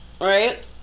right